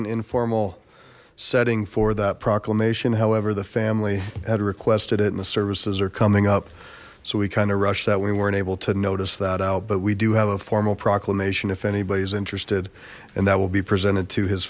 an informal setting for that proclamation however the family had requested it and the services are coming up so we kind of rushed that we weren't able to notice that out but we do have a formal proclamation if anybody's interested and that will be presented to his